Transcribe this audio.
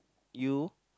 you